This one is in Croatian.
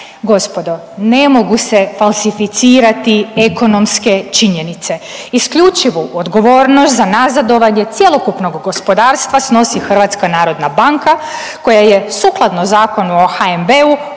gospodo ne mogu se falsificirati ekonomske činjenice. Isključivu odgovornost za nazadovanje cjelokupnog gospodarstva snosi Hrvatska narodna banka koja je sukladno Zakonu o HNB-u